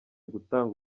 gutanga